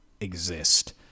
exist